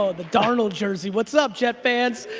ah the darnold jersey, what's up jet fans?